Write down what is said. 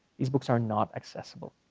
these books are not accessible.